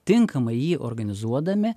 tinkamai jį organizuodami